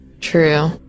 true